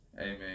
amen